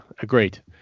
agreed